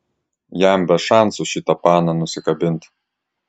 jam be šansų šitą paną nusikabint